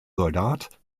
soldat